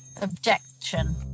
Objection